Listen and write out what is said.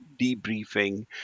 debriefing